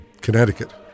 Connecticut